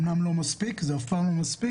זה אומנם לא מספיק וזה אף פעם לא מספיק,